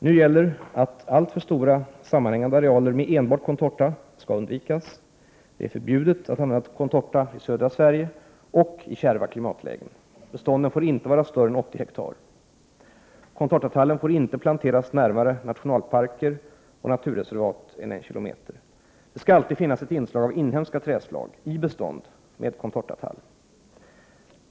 Nu gäller att alltför stora sammanhängande arealer med enbart contortatall skall undvikas. Det är förbjudet att använda contortatall i södra Sverige och i kärva klimatlägen. Bestånden får inte vara större än 80 hektar. Contortatallen får inte planteras närmare nationalparker och naturreservat än en kilometer. Det skall alltid finnas ett inslag av inhemska trädslag i bestånd med contortatall.